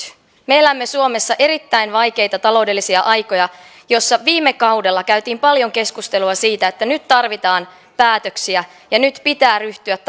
me elämme suomessa erittäin vaikeita taloudellisia aikoja joissa viime kaudella käytiin paljon keskustelua siitä että nyt tarvitaan päätöksiä ja nyt pitää ryhtyä